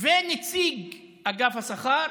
ונציג אגף השכר